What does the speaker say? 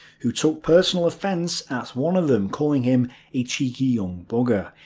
who took personal offense at one of them calling him a cheeky young bugger.